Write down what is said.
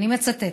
אני מצטטת: